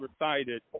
recited